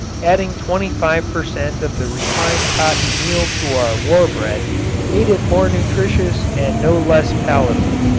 adding twenty-five per cent. of the refined cottonseed meal to our war bread made it more nutritious and no less palatable.